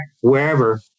wherever